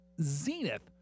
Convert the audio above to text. Zenith